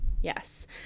yes